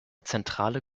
zentrale